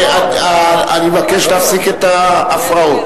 אני מבקש להפסיק את ההפרעות.